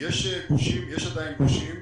יש עדיין גושים,